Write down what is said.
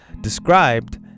described